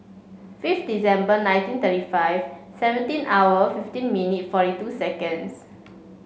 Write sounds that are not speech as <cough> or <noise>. <unintelligible> December nineteen thirty five seventeen hour fifty minute forty two seconds